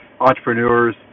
entrepreneurs